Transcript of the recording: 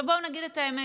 עכשיו, בואו נגיד את האמת,